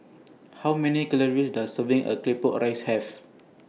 How Many Calories Does Serving A Claypot A Rice Have